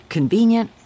Convenient